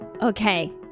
Okay